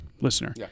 listener